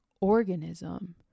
organism